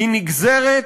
היא נגזרת,